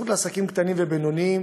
הסוכנות לעסקים קטנים ובינוניים